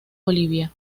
bolivia